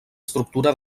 estructura